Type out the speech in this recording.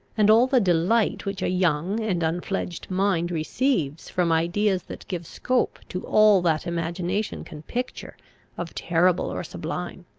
and all the delight which a young and unfledged mind receives from ideas that give scope to all that imagination can picture of terrible or sublime,